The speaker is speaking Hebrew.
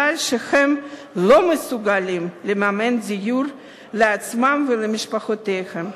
שהם לא מסוגלים לממן דיור לעצמם ולמשפחותיהם,